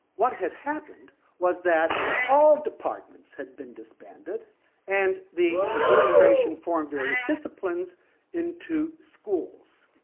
what had happened was that all departments had been disbanded and the administration formed various disciplines into schools.